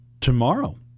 tomorrow